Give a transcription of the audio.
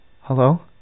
Hello